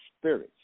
spirits